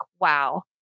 wow